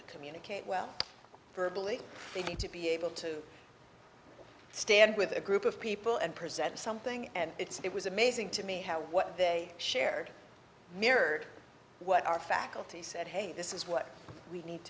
to communicate well burbling they need to be able to stand with a group of people and present something and it's it was amazing to me how what they shared mirrored what our faculty said hey this is what we need